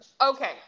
Okay